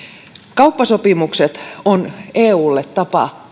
kauppasopimukset ovat eulle tapa